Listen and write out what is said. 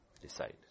Decide